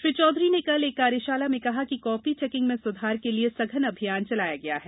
श्री चौधरी ने कल एक कार्यशाला में कहा कि कॉपी चेकिंग में सुधार के लिये सघन अभियान चलाया गया है